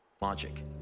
Logic